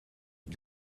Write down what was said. you